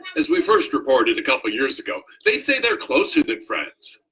as we first reported a couple years ago, they say they're closer than friends,